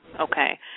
Okay